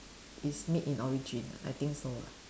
is made in origin I think so lah